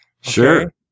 Sure